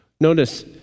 Notice